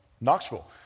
Knoxville